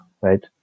right